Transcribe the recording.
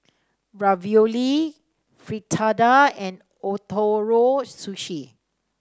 Ravioli Fritada and Ootoro Sushi